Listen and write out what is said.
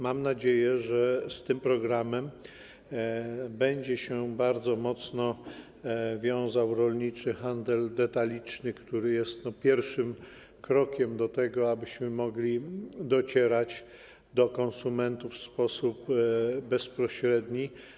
Mam nadzieję, że z tym programem będzie się bardzo mocno wiązał rolniczy handel detaliczny, który jest pierwszym krokiem do tego, abyśmy mogli docierać do konsumentów w sposób bezpośredni.